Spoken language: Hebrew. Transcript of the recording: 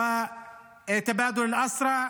אי-אפשר שלא